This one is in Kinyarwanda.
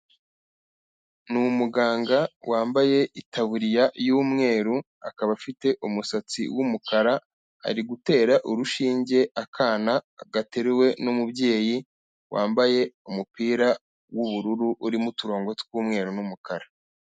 Ni umuganga wambaye itaburiya yumweru akaba afite umusatsi wumukara ari gutera urushinge akana gateruwe'umubyeyi wambaye umupira w'ubururu urimo uturongo twumweru numukara.